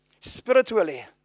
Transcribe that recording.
Spiritually